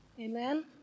Amen